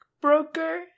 broker